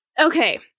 Okay